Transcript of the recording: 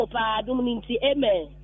amen